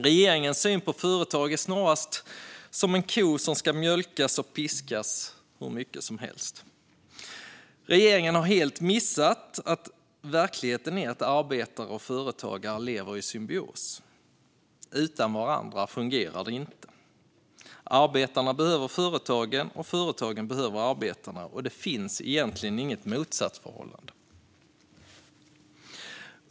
Regeringens syn på företag är snarast som en ko som kan mjölkas och piskas hur mycket som helst. Regeringen har helt missat att verkligheten är att arbetare och företagare lever i symbios. Utan varandra fungerar de inte. Arbetarna behöver företagen, och företagen behöver arbetarna. Det finns egentligen inget motsatsförhållande.